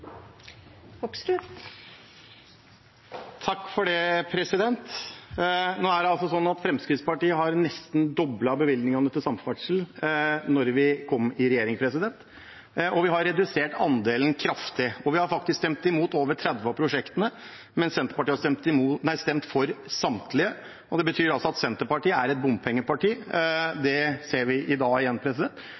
Fremskrittspartiet nesten doblet bevilgningene til samferdsel da vi kom i regjering. Vi har redusert andelen kraftig, og vi har faktisk stemt imot over 30 av prosjektene, mens Senterpartiet har stemt for samtlige. Det betyr altså at Senterpartiet er et bompengeparti, og det ser vi i dag igjen.